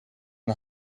een